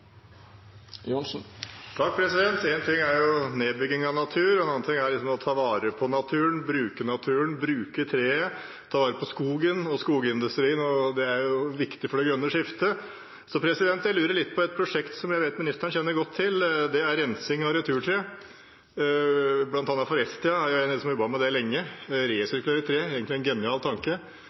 nedbygging av naturen, en annen ting er å ta vare på naturen, bruke naturen, bruke treet, ta vare på skogen og skogindustrien. Det er jo viktig for det grønne skiftet. Jeg lurer litt på et prosjekt som jeg vet ministeren kjenner godt til, og det er rensing av returtre. Forestia er en av dem som har jobbet med det lenge, å resirkulere tre. Det er egentlig en genial tanke,